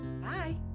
Bye